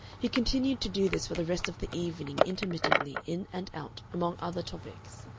he continued to do this for the rest of the evening intermittently, in and out, among other topics.